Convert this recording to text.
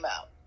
out